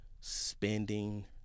spending